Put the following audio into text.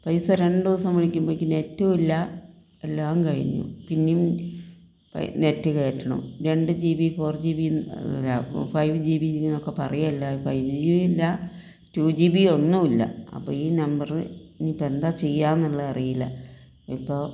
പൈസ രണ്ടുദിവസം വിളിക്കുമ്പോളേക്ക് നെറ്റും ഇല്ല എല്ലാം കഴിഞ്ഞു പിന്നെയും നെറ്റ് കയറ്റണം രണ്ട് G B four G B five G B എന്നൊക്കെ പറയുക അല്ലാതെ ഫൈവ് ജി ബി യും ഇല്ല ടു ജി ബി യും ഒന്നും ഇല്ല അപ്പം ഈ നമ്പറ് ഇനി ഇപ്പം എന്താ ചെയ്യുക എന്നുള്ളത് അറിയില്ല ഇപ്പം